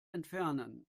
entfernen